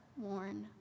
worn